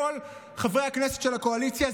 כל חברי הכנסת של הקואליציה,